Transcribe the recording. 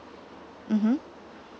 mmhmm